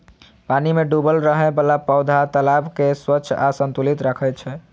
पानि मे डूबल रहै बला पौधा तालाब कें स्वच्छ आ संतुलित राखै छै